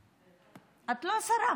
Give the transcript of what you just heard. את לא שרה.